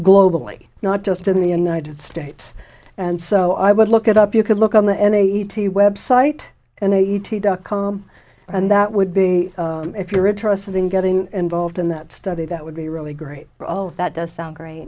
globally not just in the united states and so i would look at up you could look on the n a e t website and eighty dot com and that would be if you're interested in getting involved in that study that would be really great for all that does sound great